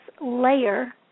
layer